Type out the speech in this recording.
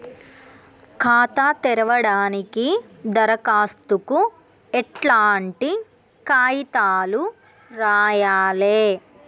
ఖాతా తెరవడానికి దరఖాస్తుకు ఎట్లాంటి కాయితాలు రాయాలే?